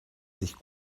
sich